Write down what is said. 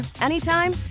anytime